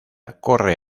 corre